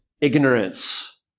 ignorance